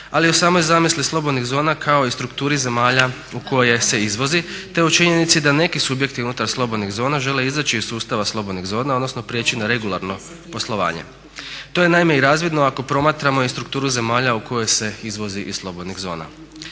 ali i o samoj zamisli slobodnih zona kao i strukturi zemalja u koje se izvozi te u činjenici da neki subjekti unutar slobodnih zona žele izaći iz sustava slobodnih zona, odnosno prijeći na regularno poslovanje. To je naime i razvidno ako promatramo i strukturu zemalja u koje se izvozi iz slobodnih zona.